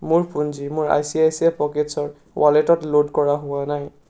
মোৰ পুঞ্জি মোৰ I C I C I pockets ৱালেটত ল'ড কৰা হোৱা নাই